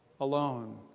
alone